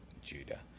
Judah